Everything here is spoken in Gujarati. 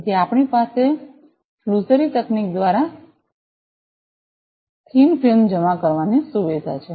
તેથી આપણી પાસે ફ્લુઝરી તકનીક દ્વારા થિન ફિલ્મ જમા કરવાની સુવિધા છે